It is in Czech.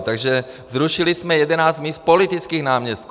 Takže zrušili jsme 11 míst politických náměstků.